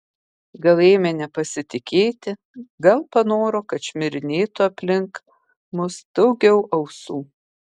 gal ėmė nepasitikėti gal panoro kad šmirinėtų aplink mus daugiau ausų